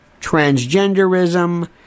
transgenderism